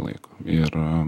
laiko ir